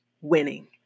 winning